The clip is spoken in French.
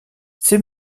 ces